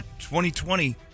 2020